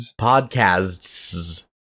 podcasts